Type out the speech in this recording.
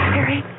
Harry